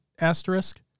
asterisk